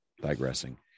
digressing